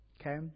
Okay